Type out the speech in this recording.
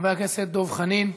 חבר הכנסת דב חנין,